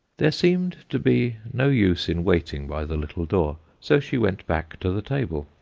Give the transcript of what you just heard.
there seemed to be no use in waiting by the little door, so she went back to the table,